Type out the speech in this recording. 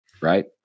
right